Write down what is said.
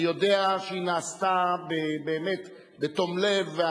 אני יודע שהיא נעשתה באמת בתום לב,